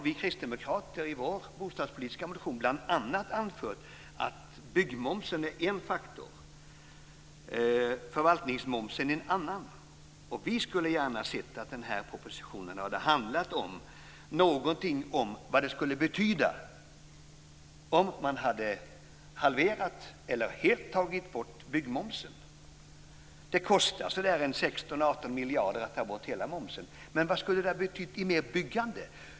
Vi kristdemokrater har i vår bostadspolitiska motion anfört att byggmomsen är en faktor, och förvaltningsmomsen är en annan. Vi skulle gärna ha sett att den här propositionen hade handlat om vad det skulle betyda om man halverade eller helt tog bort byggmomsen. Det kostar 16-18 miljarder att ta bort hela momsen, men vad skulle det ha betytt i mer byggande?